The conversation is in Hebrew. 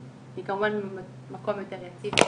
אני כמובן במקום יותר יציב שלי,